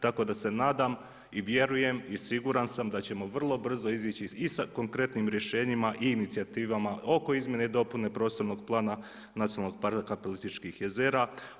Tako da se nadam i vjerujem i siguran sam da ćemo vrlo brzo izići i sa konkretnim rješenjima i inicijativama oko izmjene i dopune prostornog plana nacionalnog parka Plitvičkih jezera.